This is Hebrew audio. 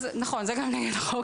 זה גם נגד החוק.